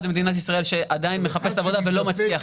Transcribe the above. במדינת ישראל שעדיין מחפש עבודה ולא מצליח,